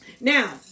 Now